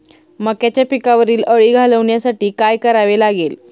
मक्याच्या पिकावरील अळी घालवण्यासाठी काय करावे लागेल?